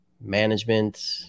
management